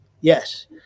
Yes